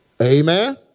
Amen